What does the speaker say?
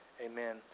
Amen